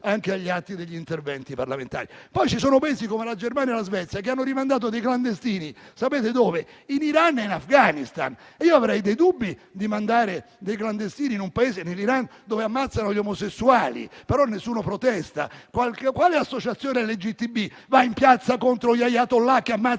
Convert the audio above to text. anche agli atti degli interventi parlamentari. Poi ci sono Paesi come la Germania o la Svezia che hanno rimandato dei clandestini, e sapete dove? In Iran e in Afghanistan. Io avrei dei dubbi a mandare dei clandestini in un Paese, in Iran, dove ammazzano gli omosessuali, ma nessuno protesta. Quale associazione LGBT va in piazza contro gli *ayatollah* che ammazzano gli omosessuali?